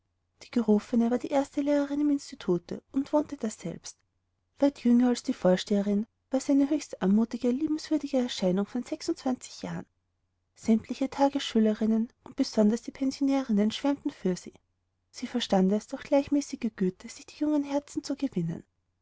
die gerufene war die erste lehrerin im institute und wohnte daselbst weit jünger als die vorsteherin war sie eine höchst anmutige liebenswürdige erscheinung von sechsundzwanzig jahren sämtliche tagesschülerinnen und besonders die pensionärinnen schwärmten für sie sie verstand es durch gleichmäßige güte sich die jungen herzen zu gewinnen